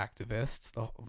activists